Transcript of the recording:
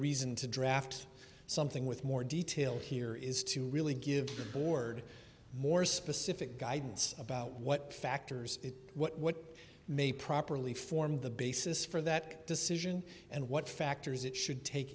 reason to draft something with more detail here is to really give the board more specific guidance about what factors what what may properly formed the basis for that decision and what factors it should take